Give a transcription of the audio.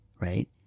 Right